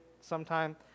sometime